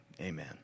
Amen